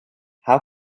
how